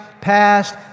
past